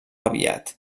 aviat